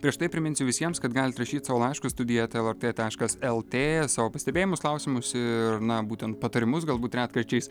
prieš tai priminsiu visiems kad galit rašyt savo laiškus studija eta lrt taškas lt savo pastebėjimus klausimus ir na būtent patarimus galbūt retkarčiais